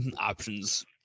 options